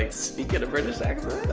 speak in a british accent?